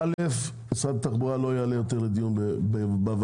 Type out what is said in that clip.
משרד התחבורה לא יעלה יותר לדיון בוועדה